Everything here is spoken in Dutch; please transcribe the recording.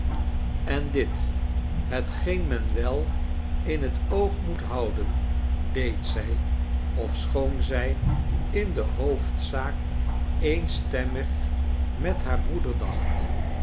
en dit hetgeen men wel in het oog moethouden deed zij ofschoon zij in de hoofdzaak eenstemmig met haar